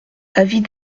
avis